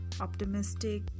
optimistic